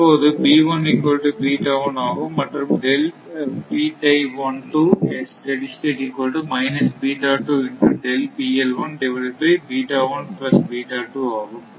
இப்போது ஆகும் மற்றும் ஆகும்